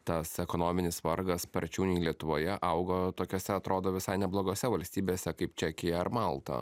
tas ekonominis vargas sparčiau nei lietuvoje auga tokiose atrodo visai neblogose valstybėse kaip čekija ar malta